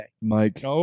Mike